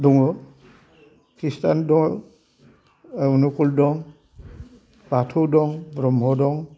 दङ ख्रिष्टान दं ओह नकुल दं बाथौ दं ब्रह्म दं